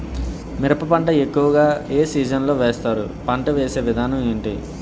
మిరప పంట ఎక్కువుగా ఏ సీజన్ లో వేస్తారు? పంట వేసే విధానం ఎంటి?